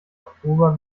oktober